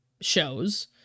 shows